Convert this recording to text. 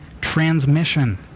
transmission